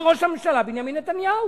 זה ראש הממשלה, בנימין נתניהו.